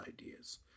ideas